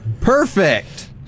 Perfect